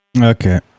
okay